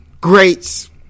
greats